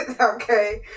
Okay